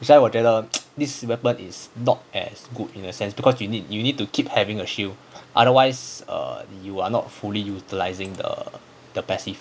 that's why 我觉得 this weapon is not as good in a sense because you need you need to keep having a shield otherwise or you are not fully utilising the the passive